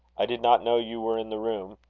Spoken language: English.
i did not know you were in the room.